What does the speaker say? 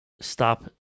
stop